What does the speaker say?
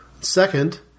Second